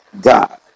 God